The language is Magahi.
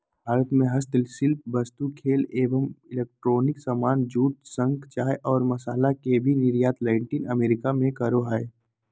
भारत हस्तशिल्प वस्तु, खेल एवं इलेक्ट्रॉनिक सामान, जूट, शंख, चाय और मसाला के भी निर्यात लैटिन अमेरिका मे करअ हय